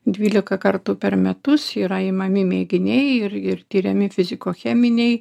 dvylika kartų per metus yra imami mėginiai ir ir tiriami fiziko cheminiai